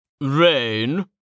Rain